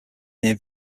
near